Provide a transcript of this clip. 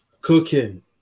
cooking